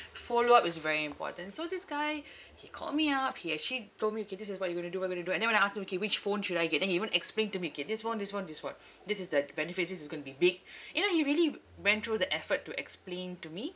follow up is very important so this guy he called me up he actually told me okay this is what you going to do what you going to do and then I asked him okay which phone should I get then he even explained to me okay this phone this phone this phone this is the benefits this is going to be big you know he really went through the effort to explain to me